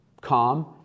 Calm